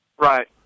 Right